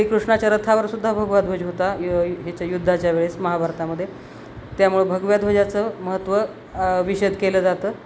श्रीकृष्णाच्या रथावरसुद्धा भगवा ध्वज होता याच्या युद्धाच्या वेळेस महाभारतामध्ये त्यामुळं भगव्या ध्वजाचं महत्त्व विशद केलं जातं